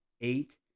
eight